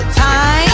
time